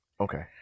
Okay